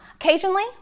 Occasionally